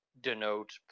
denote